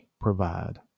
provide